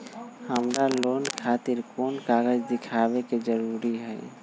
हमरा लोन खतिर कोन कागज दिखावे के जरूरी हई?